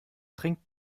trinkt